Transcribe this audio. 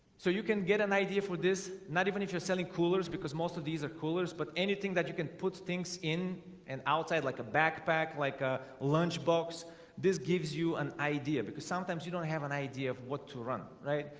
so you can get an idea for this not even if you're selling coolers because most of these are coolers but anything that you can put things in and outside like a backpack like ah lunchbox this gives you an idea because sometimes you don't have an idea of what to run, right?